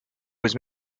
was